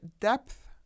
depth